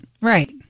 Right